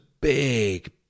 big